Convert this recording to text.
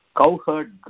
cowherd